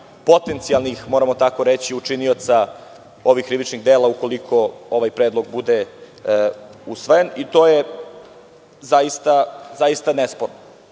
potencijalnih, moramo tako reći, učinioca ovih krivičnih dela, ukoliko ovaj predlog bude usvojen, i to je zaista nesporno. Ono